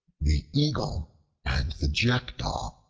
the eagle and the jackdaw